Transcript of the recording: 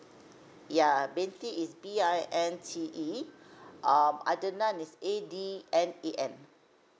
yeah binte is B I N T E uh adnan is A D N A N